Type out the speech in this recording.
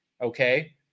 okay